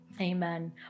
Amen